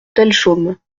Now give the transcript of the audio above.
delchaume